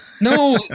no